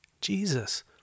Jesus